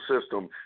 system